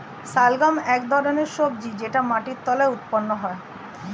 শালগম এক ধরনের সবজি যেটা মাটির তলায় উৎপন্ন হয়